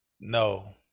No